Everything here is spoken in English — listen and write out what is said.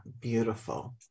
beautiful